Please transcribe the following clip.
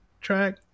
track